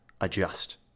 adjust